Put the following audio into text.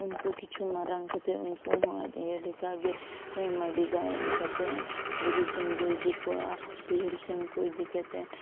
ᱩᱱᱠᱩ ᱠᱤᱪᱷᱩ ᱢᱟᱨᱟᱝ ᱠᱟᱛᱮᱫ ᱩᱱᱠᱩ ᱦᱚᱸ ᱟᱡ ᱟᱭᱳ ᱞᱮᱠᱟᱜᱮ ᱢᱟᱹᱰᱤ ᱫᱟᱜ ᱮᱢ ᱠᱟᱛᱮᱱ ᱵᱩᱨᱩ ᱥᱮᱱ ᱵᱚ ᱤᱫᱤ ᱠᱚᱣᱟ ᱵᱟᱹᱭᱦᱟᱹᱲ ᱥᱮᱱ ᱤᱫᱤ ᱠᱟᱛᱮᱱ